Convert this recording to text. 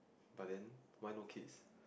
but then why no kids